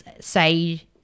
say